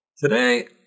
Today